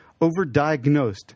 Overdiagnosed